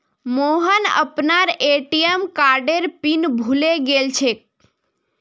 मोहन अपनार ए.टी.एम कार्डेर पिन भूले गेलछेक